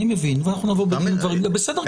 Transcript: אני מבין, ואנחנו נבוא בדין ודברים, זה בסדר גמור.